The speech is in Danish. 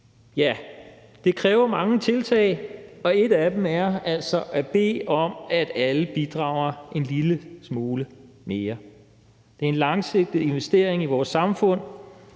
Ja, det kræver mange tiltag, og et af dem er altså at bede om, at alle bidrager en lille smule mere. Det er en langsigtet investering i vores samfund.